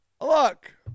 look